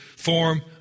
Form